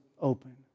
open